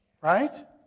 right